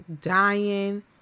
dying